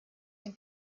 dem